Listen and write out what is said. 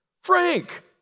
Frank